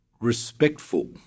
respectful